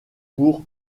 pour